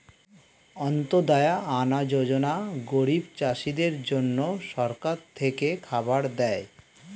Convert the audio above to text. অন্ত্যদায়া আনা যোজনা গরিব চাষীদের জন্য সরকার থেকে খাবার দেয়